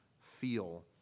feel